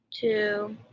two